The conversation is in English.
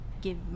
give